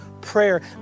prayer